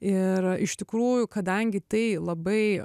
ir iš tikrųjų kadangi tai labai